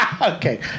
Okay